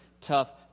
tough